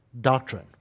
doctrine